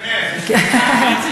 חיליק משתכנז.